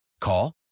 Call